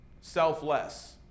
selfless